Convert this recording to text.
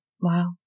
Wow